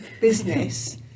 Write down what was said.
business